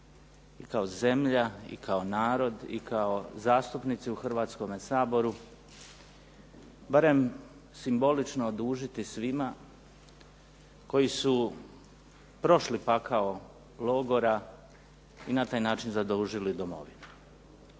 i kao zemlja i kao narod, i kao zastupnici u Hrvatskom saboru barem simbolično odužiti svima koji su prošli pakao logora i na taj način zadužili domovinu.